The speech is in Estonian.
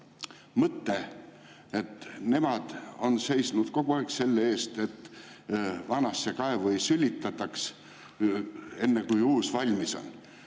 mõte, et nemad on seisnud kogu aeg selle eest, et vanasse kaevu ei sülitataks enne, kui uus on valmis.